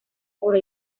gure